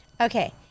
Okay